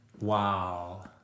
Wow